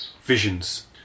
visions